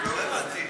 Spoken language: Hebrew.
לא הבנתי.